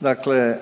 Dakle,